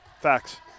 Facts